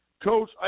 Coach